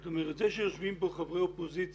זאת אומרת, זה שיושבים כאן חברי אופוזיציה